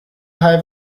have